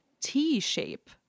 T-shape